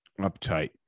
uptight